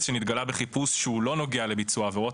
שמתגלה בחיפוש הוא נוגע לביצוע העבירות.